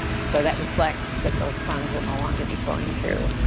so that reflects that those funds will no longer be flowing through.